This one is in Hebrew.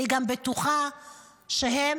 אני גם בטוחה שהם